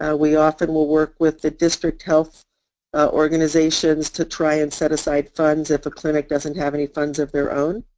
ah we often will work with the district health organizations to try and set aside funds if a clinic doesn't have any funds of their own.